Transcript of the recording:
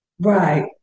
Right